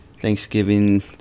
Thanksgiving